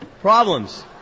Problems